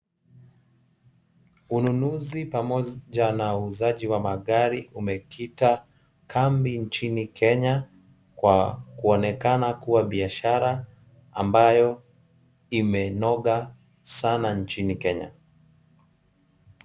Ununuzi pamoja na uuzaji wa magari umekita kambi nchini kenya kwa kuaonekana kuwa biashara ambayo imenoga sana nchini kenya.